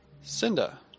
Cinda